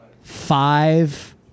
five